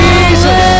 Jesus